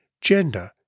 gender